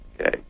okay